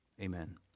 Amen